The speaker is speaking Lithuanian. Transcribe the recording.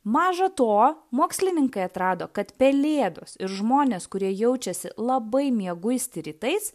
maža to mokslininkai atrado kad pelėdos ir žmonės kurie jaučiasi labai mieguisti rytais